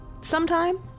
sometime